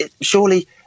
Surely